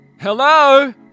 Hello